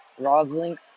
Rosling